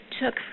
took